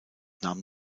nahm